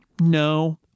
no